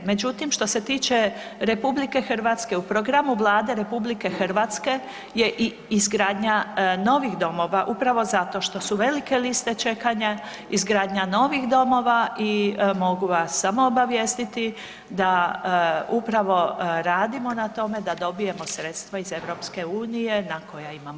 Međutim, što se tiče RH, u programu Vlade RH je i izgradnja novih domova upravo zato što su velike liste čekanja izgradnja novih domova i mogu vas samo obavijestiti da upravo radimo na tome da dobijemo sredstva iz EU na koja imamo pravo.